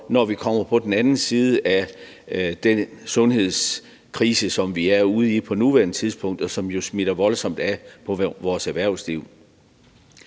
når vi kommer på den anden side af denne sundhedskrise, som vi er ude i på nuværende tidspunkt, og som jo smitter voldsomt af på vores erhvervsliv.